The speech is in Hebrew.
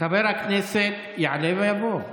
חבר הכנסת יעלה ויבוא.